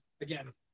again